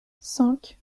cinq